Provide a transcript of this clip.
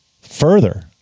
further